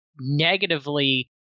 negatively